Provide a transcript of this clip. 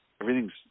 everything's